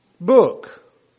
book